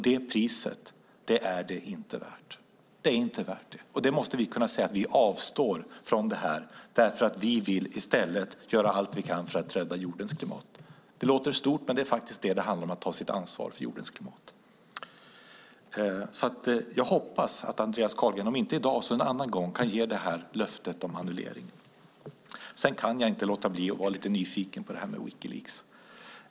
Det priset är det inte värt. Vi måste kunna säga att vi avstår från det och att vi i stället vill göra allt vi kan för att rädda jordens klimat. Det låter stort, men det är faktiskt vad det handlar om: att ta sitt ansvar för jordens klimat. Jag hoppas att Andreas Carlgren om inte i dag så en annan gång kan ge löftet om annullering. Sedan kan jag inte låta bli att vara lite nyfiken på detta med Wikileaks.